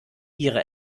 ihre